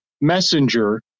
messenger